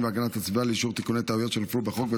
והגנת הסביבה לאישור תיקוני טעויות שנפלו בחוק,